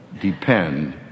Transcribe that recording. depend